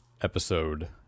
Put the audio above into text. episode